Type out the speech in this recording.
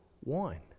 one